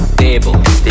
table